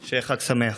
שיהיה חג שמח.